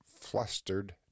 flustered